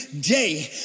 day